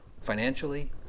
financially